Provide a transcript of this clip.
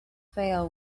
fail